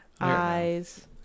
eyes